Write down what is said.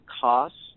costs